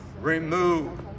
remove